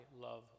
love